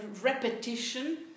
repetition